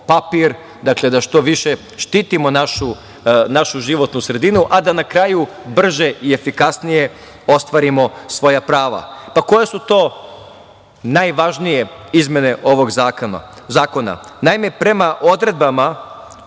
papir, da što više štitimo našu životnu sredinu, a da na kraju brže i efikasnije ostvarimo svoja prava. Pa, koja su to najvažnije izmene ovog zakona? Naime, prema odredbama